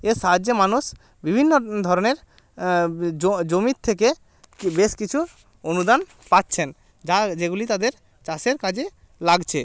এর সাহায্যে মানুষ বিভিন্ন ধরনের জমি থেকে বেশ কিছু অনুদান পাচ্ছেন যা যেগুলি তাদের চাষের কাজে লাগছে